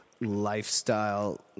lifestyle